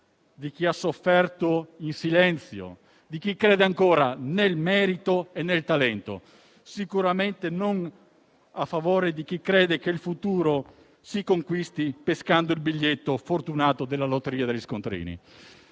di chi ha sofferto in silenzio e di chi crede ancora nel merito e nel talento; sicuramente non a beneficio di chi crede che il futuro si conquisti pescando il biglietto fortunato della lotteria degli scontrini,